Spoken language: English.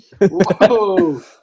Whoa